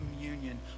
communion